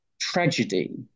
tragedy